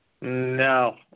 No